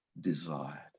desired